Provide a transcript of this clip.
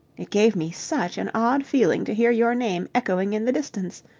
it gave me such an odd feeling to hear your name echoing in the distance.